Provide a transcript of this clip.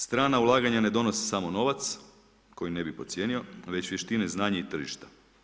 Strana ulaganja ne donose samo novac koji ne bih podcijenio već vještine, znanja i tržišta.